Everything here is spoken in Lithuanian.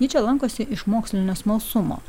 ji čia lankosi iš mokslinio smalsumo